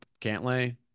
Cantlay